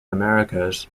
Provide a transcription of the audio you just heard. americas